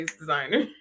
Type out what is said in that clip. designer